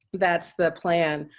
that's the plan.